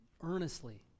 earnestly